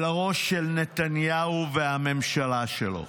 על הראש של נתניהו והממשלה שלו.